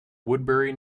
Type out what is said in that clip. woodbury